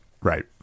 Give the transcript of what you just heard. right